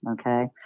Okay